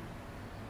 no